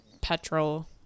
petrol